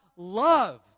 love